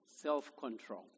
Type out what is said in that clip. Self-control